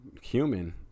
human